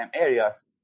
areas